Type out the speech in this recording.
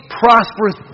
prosperous